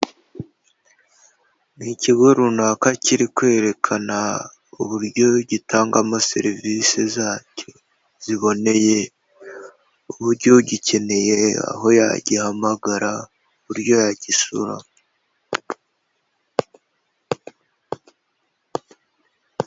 Ni ikigo runaka kiri kwerekana uburyo gitangamo serivisi zacyo ziboneye, uburyo ugikeneye aho yagihamagara, uburyo yagisura.